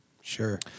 Sure